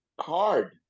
hard